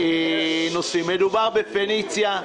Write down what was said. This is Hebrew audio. מדובר בפניציה,